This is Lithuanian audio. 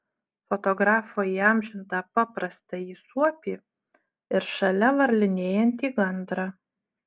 fotografo įamžintą paprastąjį suopį ir šalia varlinėjantį gandrą